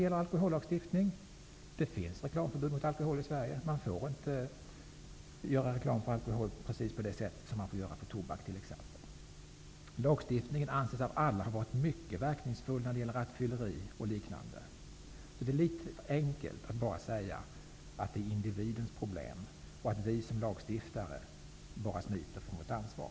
Sverige har reklamförbud när det gäller alkohol -- man får inte göra reklam för alkohol på samma sätt som för exempelvis tobak. Lagstiftningen mot rattfylleri och liknande anses av alla vara mycket verkningsfull. Det är litet för enkelt att bara säga att det är individens problem och att som lagstiftare bara smita från sitt ansvar.